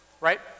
Right